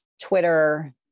Twitter